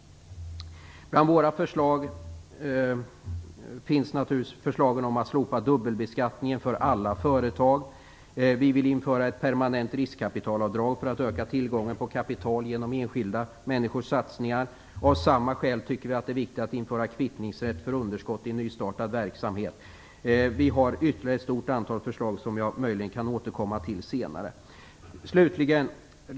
Bland våra förslag finns naturligtvis krav om att slopa dubbelbeskattningen för alla företag. Vi vill införa ett permanent riskkapitalavdrag för att öka tillgången på kapital genom enskilda människors satsningar. Av samma skäl tycker vi att det är viktigt att införa kvittningsrätt för underskott i nystartad verksamhet. Vi har ytterligare ett stort antal förslag, som jag möjligen kan återkomma till senare.